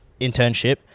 internship